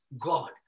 God